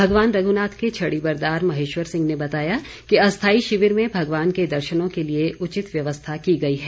भगवान रघुनाथ के छड़ीबरदार महेश्वर सिंह ने बताया कि अस्थाई शिविर में भगवान के दर्शनों के लिए उचित व्यवस्था की गई है